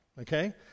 okay